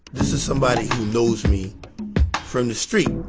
this is somebody who knows me from the street.